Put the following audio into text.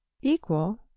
equal